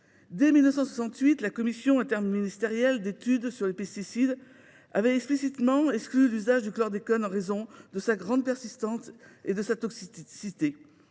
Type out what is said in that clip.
Dès 1968, la commission interministérielle d’études sur les pesticides avait explicitement exclu l’usage du chlordécone en raison de sa grande persistance et de sa toxicité.